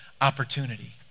opportunity